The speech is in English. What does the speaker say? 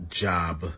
job